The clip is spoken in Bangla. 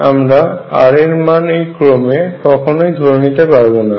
আমরা r এর মান এই ক্রমে কখনোই ধরে নিতে পারবো না